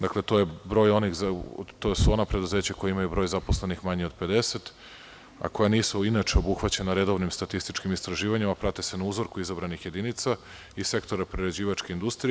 Dakle, to su ona preduzeća koja imaju broj zaposlenih manji od 50, a koja nisu inače obuhvaćena redovnim statističkim istraživanjima, a prate se na uzorku izabranih jedinica i sektora prerađivačke industrije.